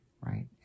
right